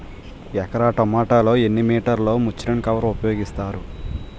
ఎకర టొమాటో లో ఎన్ని మీటర్ లో ముచ్లిన్ కవర్ ఉపయోగిస్తారు?